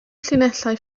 llinellau